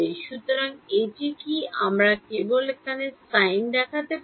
সুতরাং এটি কী আমরা কেবল এখানে sine দেখতে পারি